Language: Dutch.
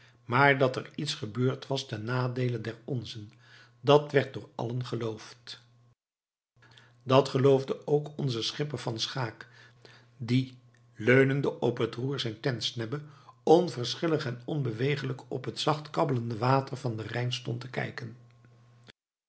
maar dat er iets gebeurd was ten nadeele der onzen dat werd door allen geloofd dat geloofde ook onze schipper van schaeck die leunende op het roer zijner tentsnebbe onverschillig en onbeweeglijk op het zacht kabbelende water van den rijn stond te kijken